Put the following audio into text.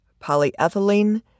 polyethylene